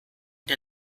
der